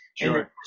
Sure